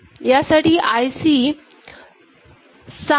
यासाठी IC 7493 वापरली जाते